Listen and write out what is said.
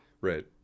right